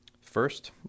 First